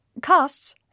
costs